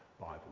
Bible